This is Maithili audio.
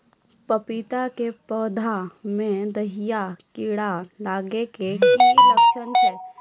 पपीता के पौधा मे दहिया कीड़ा लागे के की लक्छण छै?